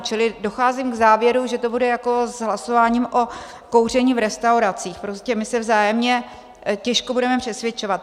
Čili docházím k závěru, že to bude jako s hlasováním o kouření v restauracích, prostě my se vzájemně těžko budeme přesvědčovat.